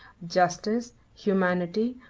justice, humanity,